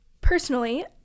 Personally